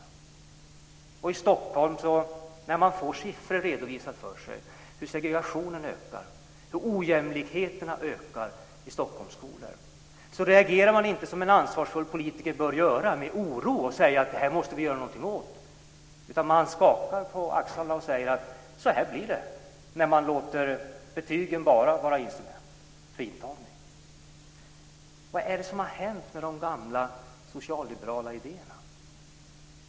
När man i Stockholm får siffror redovisade för sig om hur segregationen och ojämlikheterna i Stockholms skolor ökar reagerar man inte som en ansvarsfull politiker bör göra, dvs. med oro. Man säger inte att man måste göra någonting åt detta utan man rycker på axlarna och säger: Så här blir det när man bara låter betygen vara instrument för intagningen. Vad är det som har hänt med de gamla socialliberala idéerna?